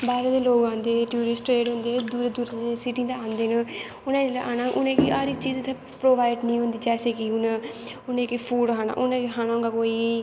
बाह्रे दे लोग औंदे टूरिस्ट जेह्ड़े होंदे दूरा दूरा दी सीटी दा औंदे न उ'नें जेल्लै औना उ'नें गी हर इक चीज इत्थै प्रोवाईड निं होंदी जैसे कि हुन उ'नें जेह्की फूड खाना उ'नें केह् खाना होग्गा कोई